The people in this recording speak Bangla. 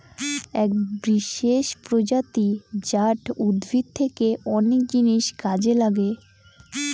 এক বিশেষ প্রজাতি জাট উদ্ভিদ থেকে অনেক জিনিস কাজে লাগে